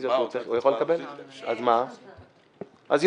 יש רק הצבעה --- אני יכול